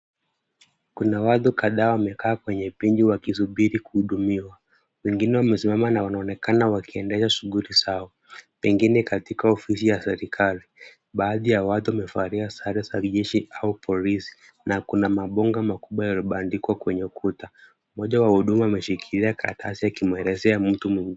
Kuna watu kadhaa wamekaa kwenye upendo wakisubiri kuhudumiwa. Wengine wamesimama na wanaonekana wakiendesha shughuli zao pengine katika ofisi ya serikali. Baadhi ya watu wamevalia sare za kijeshi au polisi na kuna mabango makubwa yamebandikwa kwenye ukuta. Mmoja wa wahudumu ameshikilia karatasi akimuelezea mtu mwingine.